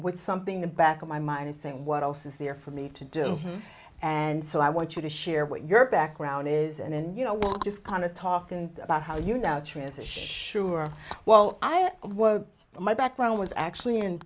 with something the back of my mind is saying what else is there for me to do and so i want you to share what your background is and you know just kind of talking about how you now transit sure well i was my background was actually in